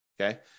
Okay